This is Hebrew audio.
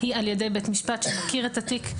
היא על ידי בית משפט שמכיר את התיק,